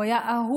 הוא היה אהוב,